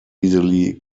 easily